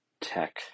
tech